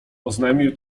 oznajmił